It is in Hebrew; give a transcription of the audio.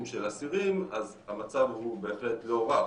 של אסירים אז המצב הוא בהחלט לא רע,